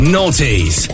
Naughties